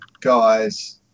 guys